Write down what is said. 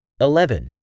Eleven